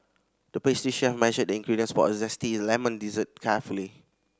the pastry chef measured the ingredients for a zesty lemon dessert carefully